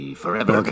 forever